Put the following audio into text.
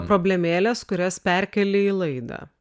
problemėles kurias perkeli į laidą